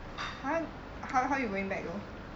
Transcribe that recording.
!huh! how how you going back though